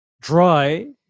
dry